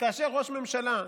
שכאשר ראש ממשלה,